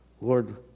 Lord